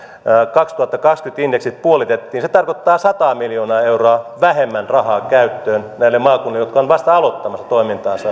kaksituhattakaksikymmentä indeksit puoleen se tarkoittaa sataa miljoonaa euroa vähemmän rahaa käyttöön näille maakunnille jotka ovat vasta aloittamassa toimintaansa